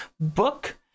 book